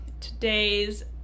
today's